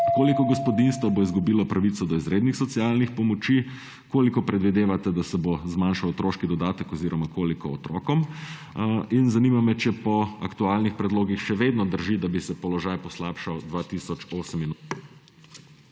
Koliko gospodinjstev bo izgubilo pravico do izrednih socialnih pomoči? Koliko predvidevate, da se bo zmanjšal otroški dodatek oziroma koliko otrokom? In zanima me, če po aktualnih predlogih še vedno drži, da bi se položaj poslabšal 2